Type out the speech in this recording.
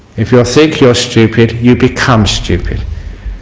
if you think you are stupid you become stupid.